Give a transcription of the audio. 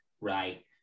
right